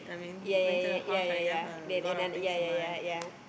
ya ya ya ya ya ya then another ya ya ya ya